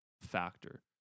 factor